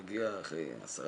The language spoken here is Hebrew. מגיע אחרי עשרה,